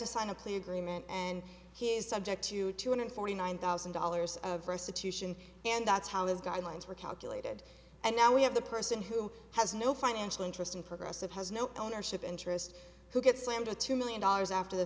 to sign a plea agreement and he is subject to two hundred forty nine thousand dollars of restitution and that's how his guidelines were calculated and now we have the person who has no financial interest in progressive has no ownership interest who gets slammed with two million dollars after the